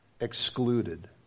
Excluded